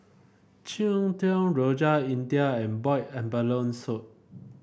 Cheng Tng Rojak India and Boiled Abalone Soup